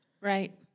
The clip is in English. Right